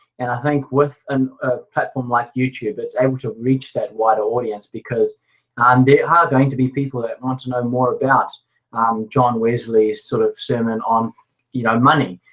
and i think with and a platform like youtube it's able to reach that wider audience because and there are going to be people that want to know more about john wesley's sort of sermon on you know um money.